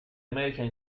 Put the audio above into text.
american